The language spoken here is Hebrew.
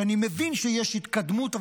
ואני מבין שיש התקדמות,